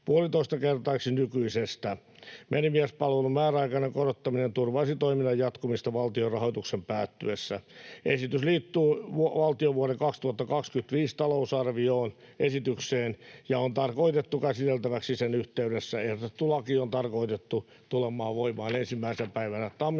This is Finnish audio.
puolitoistakertaiseksi nykyisestä. Merimiespalvelumaksun määräaikainen korottaminen turvaisi toiminnan jatkumista valtion rahoituksen päättyessä. Esitys liittyy valtion vuoden 2025 talousarvioesitykseen ja on tarkoitettu käsiteltäväksi sen yhteydessä. Ehdotettu laki on tarkoitettu tulemaan voimaan 1. päivänä tammikuuta